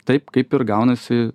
taip kaip ir gaunasi